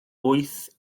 wyth